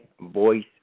voice